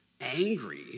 angry